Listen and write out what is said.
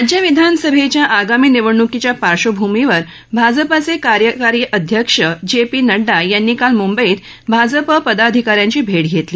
राज्य विधानसभेच्या आगामी निवडणूकीच्या पार्श्वभूमीवर भाजपचे कार्यकारी अध्यक्ष जे पी नड्डा यांनी काल मुंबईत भाजप पदाधिकाऱ्यांची भेट घेतली